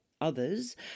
others